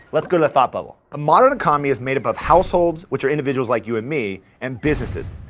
let's go to the thought bubble. a modern economy is made up of households, which are individuals like you and me, and businesses.